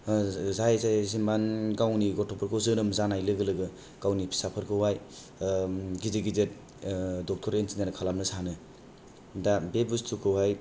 जाय जाय जेनबा गावनि गथ'फोरखौ जोनोम जानाय लोगो लोगो गावनि फिसाफोरखौहाय गिदिद गिदिद डकटर इनजिनियार खालामनो सानो दा बे बुसथुखौहाय